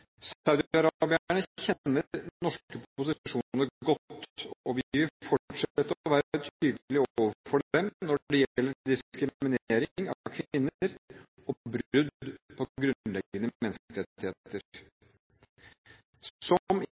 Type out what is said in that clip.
norske posisjoner godt. Vi vil fortsette å være tydelige overfor dem når det gjelder diskriminering av kvinner og brudd på grunnleggende menneskerettigheter. Som